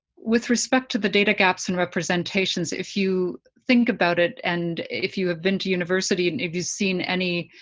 with respect to the data gaps and representations, if you think about it, and if you have been to university and if you've seen any